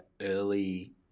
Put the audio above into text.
early